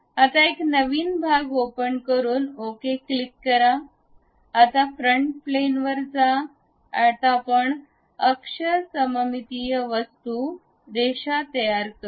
आता एक नवीन भाग ओपन करून ओके क्लिक करा आता फ्रंट प्लेन वर जा आता आपण अक्ष सममितीय वस्तू रेषा तयार करू